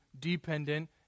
dependent